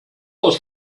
aus